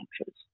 countries